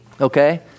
Okay